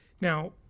Now